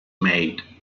made